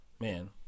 Man